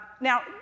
Now